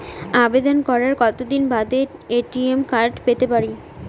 আবেদন করার কতদিন বাদে এ.টি.এম কার্ড পেতে পারি?